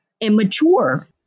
immature